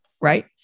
right